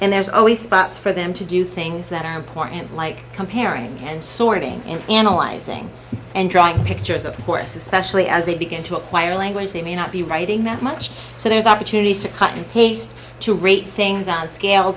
and there's always spots for them to do things that are important like comparing and sorting and analyzing and drawing pictures of course especially as they begin to acquire language they may not be writing that much so there's opportunities to cut and paste to rate things out scale